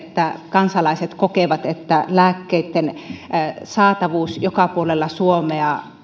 kansalaiset kokevat että lääkkeitten saatavuus joka puolella suomea